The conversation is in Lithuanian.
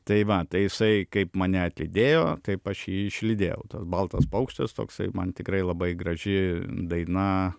tai va tai jisai kaip mane atlydėjo taip aš jį išlydėjau tas baltas paukštis toksai man tikrai labai graži daina